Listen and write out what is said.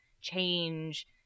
change